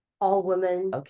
all-women